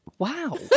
Wow